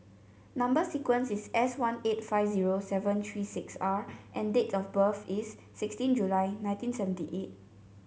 number sequence is S one eight five zero seven three six R and date of birth is sixteen July nineteen seventy eight